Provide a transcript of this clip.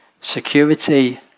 security